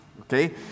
Okay